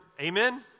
Amen